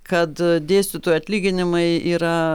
kad dėstytojų atlyginimai yra